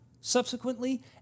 subsequently